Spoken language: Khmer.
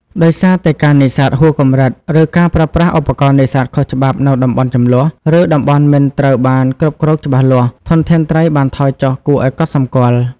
ដោយសារតែការនេសាទហួសកម្រិត ឬការប្រើប្រាស់ឧបករណ៍នេសាទខុសច្បាប់នៅក្នុងតំបន់ជម្លោះ ឬតំបន់ដែលមិនត្រូវបានគ្រប់គ្រងច្បាស់លាស់ ធនធានត្រីបានថយចុះគួរឱ្យកត់សម្គាល់។